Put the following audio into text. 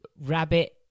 rabbit